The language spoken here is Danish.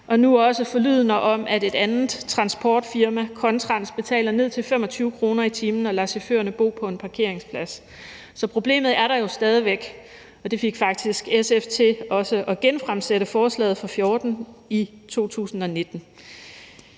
og nu også forlydender om, at et andet transportfirma, Contrans, betaler ned til 25 kr. i timen og lader chaufførerne bo på en parkeringsplads. Så problemet er der jo stadig væk, og det fik faktisk SF til også at genfremsætte forslaget fra 2014 i 2019.